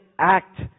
act